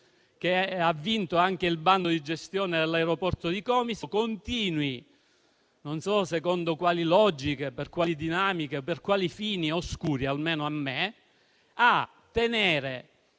che ha vinto anche il bando di gestione dell'aeroporto di Comiso, continui - non so secondo quali logiche, dinamiche o fini oscuri, almeno a me - a tenere